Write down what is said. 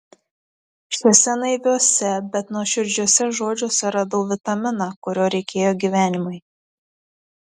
šiuose naiviuose bet nuoširdžiuose žodžiuose radau vitaminą kurio reikėjo gyvenimui